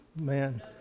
Man